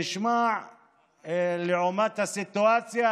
שלעומת הסיטואציה,